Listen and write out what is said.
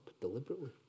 deliberately